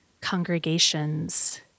congregations